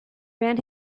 ran